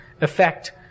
effect